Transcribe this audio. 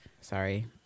Sorry